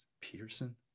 Peterson